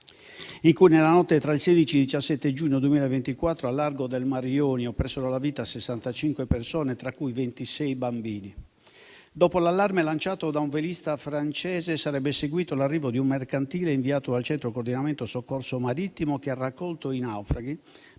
in cui, nella notte tra il 16 e il 17 giugno 2024, al largo del Mar Ionio, persero la vita 65 persone, tra cui 26 bambini. Dopo l'allarme lanciato da un velista francese, sarebbe seguito l'arrivo di un mercantile inviato dal centro coordinamento soccorso marittimo che ha raccolto i naufraghi,